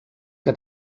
que